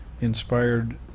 inspired